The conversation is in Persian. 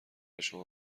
شما